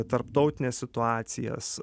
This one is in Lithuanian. tarptautines situacijas